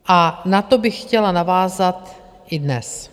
A na to bych chtěla navázat i dnes.